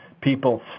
people